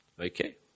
Okay